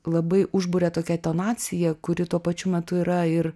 labai užburia tokia tonacija kuri tuo pačiu metu yra ir